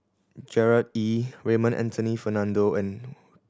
Gerard Ee Raymond Anthony Fernando and